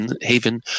haven